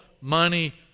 money